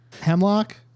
Hemlock